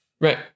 Right